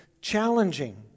challenging